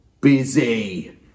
busy